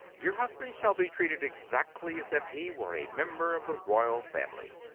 your husband shall be treated exactly as if he were a member of the royal family.